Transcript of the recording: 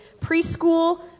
preschool